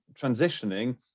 transitioning